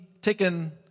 taken